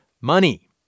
money